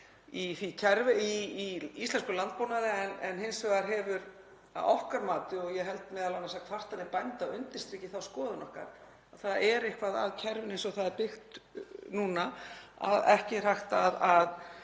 í íslenskum landbúnaði en hins vegar er að okkar mati, og ég held að kvartanir bænda undirstriki þá skoðun okkar, eitthvað að kerfinu eins og það er byggt upp núna, að ekki er hægt að